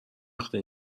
وقته